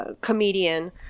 comedian